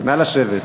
נא לשבת.